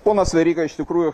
ponas veryga iš tikrųjų